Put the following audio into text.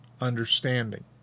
understanding